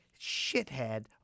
Shithead